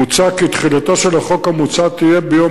מוצע כי תחילתו של החוק המוצע תהיה ביום